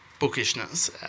bookishness